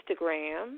Instagram